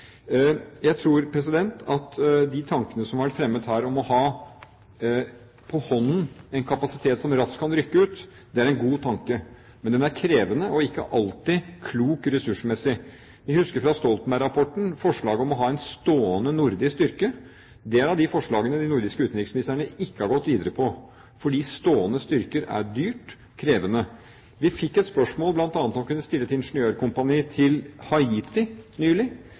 Jeg tror at de tankene som har vært fremmet her om å ha på hånden en kapasitet som raskt kan rykke ut, er en god tanke – men den er krevende og ikke alltid klok ressursmessig. Vi husker fra Stoltenberg-rapporten forslaget om å ha en stående nordisk styrke. Det er av de forslagene som de nordiske utenriksministerne ikke har gått videre på fordi stående styrker er dyrt og krevende. Vi fikk bl.a. et spørsmål om å kunne stille et ingeniørkompani til Haiti nylig,